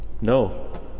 No